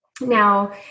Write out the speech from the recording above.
now